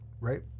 right